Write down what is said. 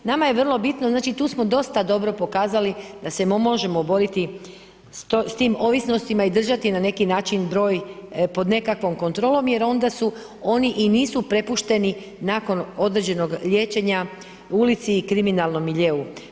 Nama je vrlo bitno, znači tu smo dosta dobro pokazali, da se možemo boriti s tim ovisnostima i držati na neki način broj, pod nekakvom kontrolom, jer onda su oni i nisu prepušteni nakon određenog liječenja, ulici i kriminalnom miljeu.